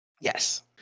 Yes